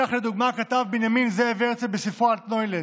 כך, לדוגמה, כתב בנימין זאב הרצל בספרו אלטנוילנד: